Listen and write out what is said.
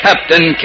Captain